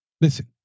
Listen